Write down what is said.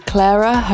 Clara